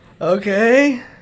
Okay